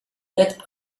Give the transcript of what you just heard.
that